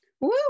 Woo